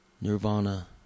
nirvana